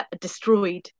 destroyed